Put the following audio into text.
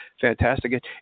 fantastic